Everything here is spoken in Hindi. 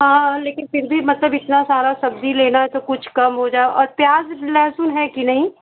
हाँ हाँ लेकिन फिर भी मतलब इतनी सारी सब्ज़ी लेना है तो कुछ कम हो जाओ और प्याज़ लहसुन है कि नहीं